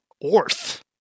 Orth